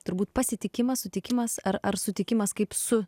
turbūt pasitikimą sutikimas ar ar sutikimas kaip su